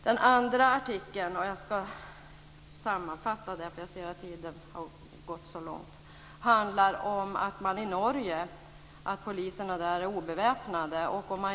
Den andra artikeln ska jag sammanfatta, eftersom tiden har runnit i väg. Den handlar om att poliserna i Norge är obeväpnade.